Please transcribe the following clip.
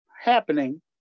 happening